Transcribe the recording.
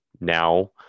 now